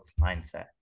mindset